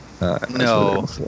No